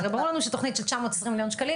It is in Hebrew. הרי ברור לנו שתוכנית של 920 מיליון שקלים